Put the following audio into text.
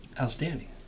Outstanding